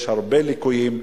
יש הרבה ליקויים,